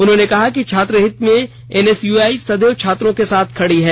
उन्होंने कहा कि छात्र हित में एनएसयू आई सदैव छात्रों के साथ खड़ी है